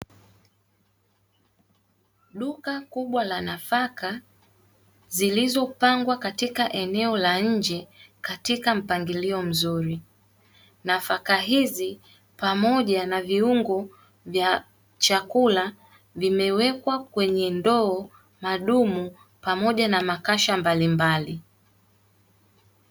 Duka kubwa la nafaka zilizopangwa katika eneo la nje katika mpangilio mzuri, nafaka hizi pamoja na viungo vya chakula vimewekwa kwenye ndoo, madumu pamoja na makasha mbalimbali.